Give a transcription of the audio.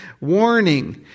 Warning